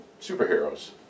superheroes